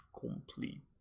complete